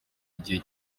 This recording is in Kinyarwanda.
igihe